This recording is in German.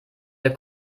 der